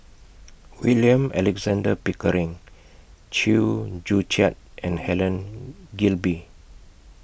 William Alexander Pickering Chew Joo Chiat and Helen Gilbey